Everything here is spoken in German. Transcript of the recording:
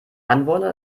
anwohner